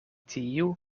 tiu